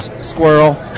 Squirrel